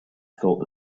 thought